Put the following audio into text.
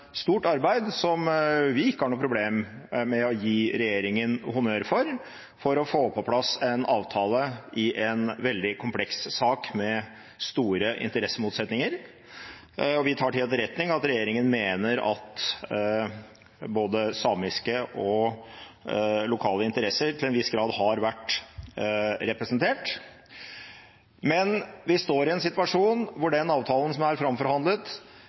stort arbeid som vi ikke har noe problem med å gi regjeringen honnør for, for å få på plass en avtale i en veldig kompleks sak med store interessemotsetninger. Vi tar til etterretning at regjeringen mener at både samiske og lokale interesser til en viss grad har vært representert, men vi står i en situasjon hvor den avtalen som er framforhandlet,